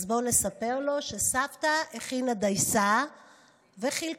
אז בואו נספר לו שסבתא הכינה דייסה וחילקה: